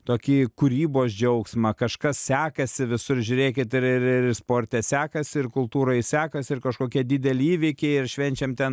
tokį kūrybos džiaugsmą kažkas sekasi visur žiūrėkit ir ir ir ir sporte sekas ir kultūroj sekas ir kažkokie dideli įvykiai ir švenčiam ten